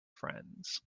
friends